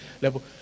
level